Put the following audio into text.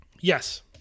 Yes